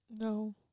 No